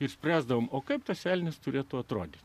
išspręsdavome o kaip tas elnias turėtų atrodyti